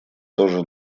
тоже